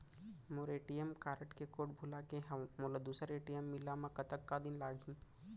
मोर ATM card के code भुला गे हव, मोला दूसर ए.टी.एम मिले म कतका दिन लागही?